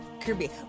Kirby